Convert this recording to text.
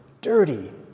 dirty